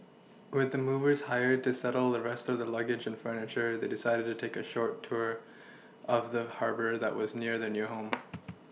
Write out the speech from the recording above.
with the movers hired to settle the rest of their luggage and furniture they decided to take a short tour of the Harbour that was near their new home